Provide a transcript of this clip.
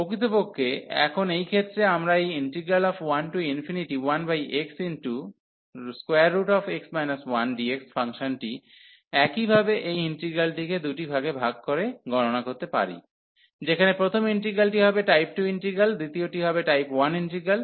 প্রকৃতপক্ষে এখন এই ক্ষেত্রে আমরা এই 11xx 1dx ফাংশনটি একইভাবে এই ইন্টিগ্রালটিকে দুটি ভাগে ভাগ করে গণনা করতে পারি যেখানে প্রথম ইন্টিগ্রালটি হবে টাইপ 2 ইন্টিগ্রাল দ্বিতীয়টি হবে টাইপ 1 ইন্টিগ্রাল